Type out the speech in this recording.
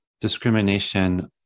discrimination